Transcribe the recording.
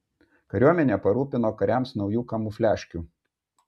kariuomenę parūpino kariams naujų kamufliažkių